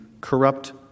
corrupt